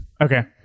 Okay